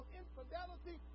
infidelity